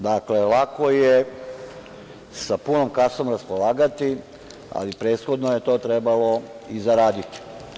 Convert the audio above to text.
Dakle, lako je sa punom kasom raspolagati, ali prethodno je to trebalo i zaraditi.